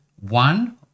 one